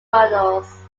models